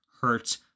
hurts